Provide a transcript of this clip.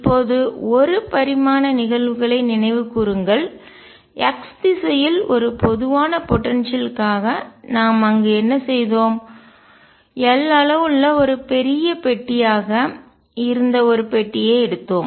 இப்போது ஒரு பரிமாண நிகழ்வுகளை நினைவுகூருங்கள் x திசையில் ஒரு பொதுவான போடன்சியல் க்காக ஆற்றல் நாம் அங்கு என்ன செய்தோம் l அளவு உள்ள ஒரு பெரிய பெட்டியாக இருந்த ஒரு பெட்டியை எடுத்தோம்